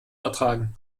ertragen